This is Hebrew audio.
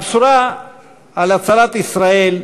הבשורה על הצלת ישראל,